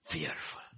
Fearful